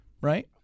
Right